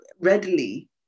readily